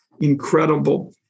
incredible